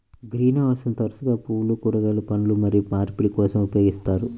green హౌస్లను తరచుగా పువ్వులు, కూరగాయలు, పండ్లు మరియు మార్పిడి కోసం ఉపయోగిస్తారు